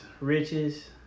riches